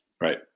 Right